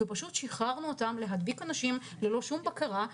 פשוט שחררנו אותם להדביק אנשים ללא שום בקרה.